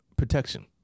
Protection